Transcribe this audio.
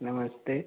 नमस्ते